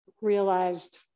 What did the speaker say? realized